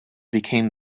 became